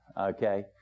okay